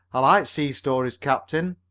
i like sea stories, captain.